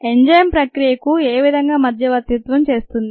enzyme ప్రక్రియకు ఏవిధంగా మధ్యవర్తిత్వం చేస్తుంది